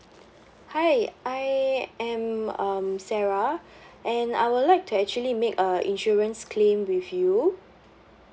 hi I am um sarah and I would like to actually make a insurance claim with you